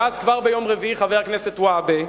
ואז, כבר ביום רביעי, חבר הכנסת והבה,